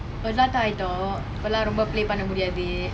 adult ஆய்டோம் இப்போலா ரொம்ப:aaitom ippolam romba play பண்ண முடியாது:panna mudiyathu